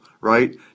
right